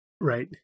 Right